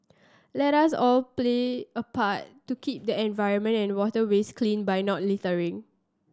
let us all play apart to keep the environment and waterways clean by not littering